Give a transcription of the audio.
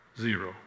Zero